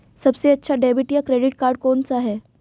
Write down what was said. सबसे अच्छा डेबिट या क्रेडिट कार्ड कौन सा है?